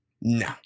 No